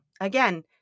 again